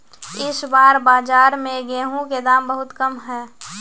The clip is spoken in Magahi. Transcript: इस बार बाजार में गेंहू के दाम बहुत कम है?